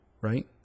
right